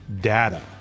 data